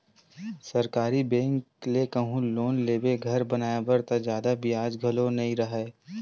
सरकारी बेंक ले कहूँ लोन लेबे घर बनाए बर त जादा बियाज घलो नइ राहय